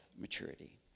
maturity